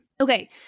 Okay